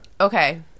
Okay